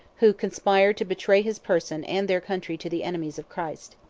who conspired to betray his person and their country to the enemies of christ.